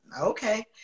Okay